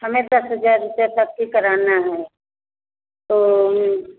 हमें दस हज़ार रुपये तक ही कराना है तो हमें